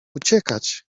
uciekać